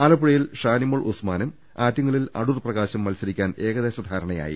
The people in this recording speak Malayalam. ആലപ്പുഴയിൽ ഷാനിമോൾ ഉസ്മാനും ആറ്റിങ്ങലിൽ അടൂർ പ്രകാശും മത്സരിക്കാൻ ഏകദേശ ധാരണയായി